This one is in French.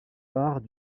barres